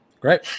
Great